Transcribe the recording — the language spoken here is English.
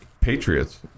Patriots